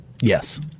Yes